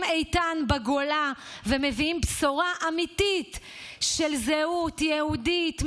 איתן בגולה ומביאים בשורה אמיתית של זהות יהודית מכילה,